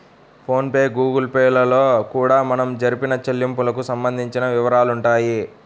phone pay Google Pay లలో కూడా మనం జరిపిన చెల్లింపులకు సంబంధించిన వివరాలుంటాయి